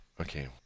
okay